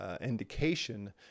indication